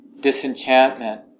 disenchantment